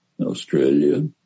Australia